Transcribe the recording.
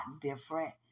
different